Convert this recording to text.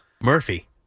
Murphy